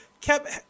Kept